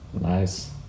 Nice